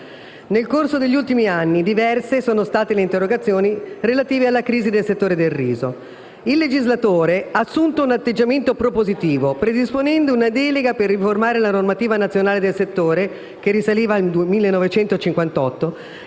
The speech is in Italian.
Nel corso degli ultimi anni diverse sono state le interrogazioni relative alla crisi del settore del riso. Il legislatore ha assunto un atteggiamento propositivo predisponendo una delega per riformare la normativa nazionale del settore (risalente al 1958),